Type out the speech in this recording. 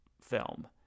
film